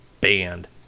banned